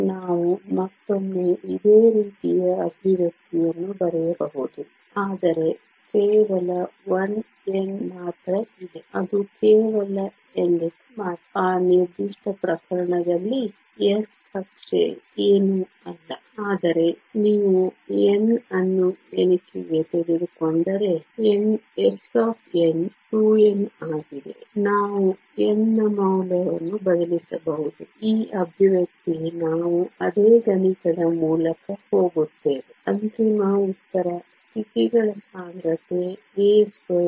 ನಾವು ಮತ್ತೊಮ್ಮೆ ಇದೇ ರೀತಿಯ ಅಭಿವ್ಯಕ್ತಿಯನ್ನು ಬರೆಯಬಹುದು ಆದರೆ ಕೇವಲ 1n ಮಾತ್ರ ಇದೆ ಅದು ಕೇವಲ nx ಮಾತ್ರ ಆ ನಿರ್ದಿಷ್ಟ ಪ್ರಕರಣದಲ್ಲಿ s ಕಕ್ಷೆ ಏನೂ ಅಲ್ಲ ಆದರೆ ನೀವು n ಅನ್ನು ಎಣಿಕೆಗೆ ತೆಗೆದುಕೊಂಡರೆ s 2n ಆಗಿದೆ ನಾವು n ನ ಮೌಲ್ಯವನ್ನು ಬದಲಿಸಬಹುದು ಈ ಅಭಿವ್ಯಕ್ತಿ ನಾವು ಅದೇ ಗಣಿತದ ಮೂಲಕ ಹೋಗುತ್ತೇವೆ ಅಂತಿಮ ಉತ್ತರ ಸ್ಥಿತಿಗಳ ಸಾಂದ್ರತೆ a